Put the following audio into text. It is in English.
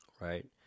Right